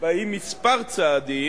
באים כמה צעדים,